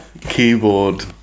keyboard